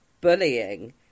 bullying